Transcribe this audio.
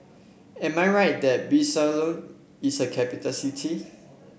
am I right that Bissau is a capital city